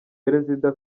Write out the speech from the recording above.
perezida